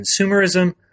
consumerism